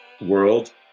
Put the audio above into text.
world